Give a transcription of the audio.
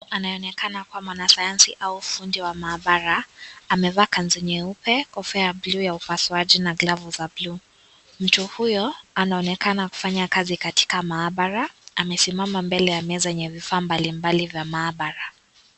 Anaonekana kuwa mwanasayansi au fundi wa maabara amevaa kanzu nyeupe, kofia blue ya upasuaji na glavu za blue . Mtu huyo anaonekana amefanya kazi katika maabara amesimama mbele ya meza yenye vifaa mbalimbali vya maabara.